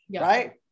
right